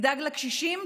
תדאג לקשישים,